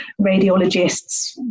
radiologists